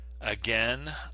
again